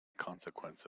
consequence